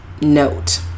Note